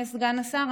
סגן השר?